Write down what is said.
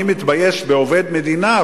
אני מתבייש מעובד מדינה,